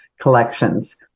collections